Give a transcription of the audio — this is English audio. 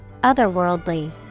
Otherworldly